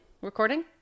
recording